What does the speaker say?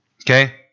Okay